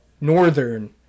Northern